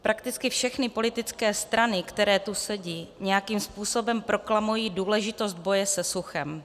Prakticky všechny politické strany, které tu sedí, nějakým způsobem proklamují důležitost boje se suchem.